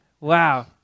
Wow